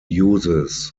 uses